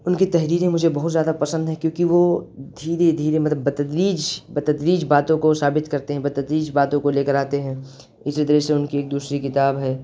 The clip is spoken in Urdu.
ان کی تحریریں مجھے بہت زیادہ پسند ہیں کیونکہ وہ دھیرے دھیرے مطلب بتدریج بتدریج باتوں کو ثابت کرتے ہیں بتدریج باتوں کو لے کر آتے ہیں اسی طرح سے ان کی ایک دوسری کتاب ہے